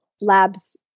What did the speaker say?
labs